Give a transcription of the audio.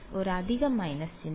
ഒരു അധിക മൈനസ് ചിഹ്നം